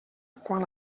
quan